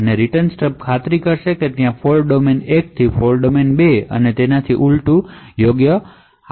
અને return stub ખાતરી કરશે કે ત્યાં ફોલ્ટ ડોમેન 1 થી ફોલ્ટ ડોમેન 2 અને તેનાથી ઉલટું છે